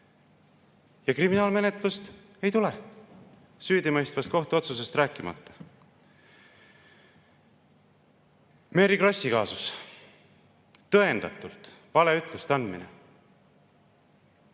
Aga kriminaalmenetlust ei tule, süüdimõistvast kohtuotsusest rääkimata. Mary Krossi kaasus: tõendatult valeütluste andmine.